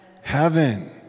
heaven